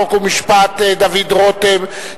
חוק ומשפט דוד רותם,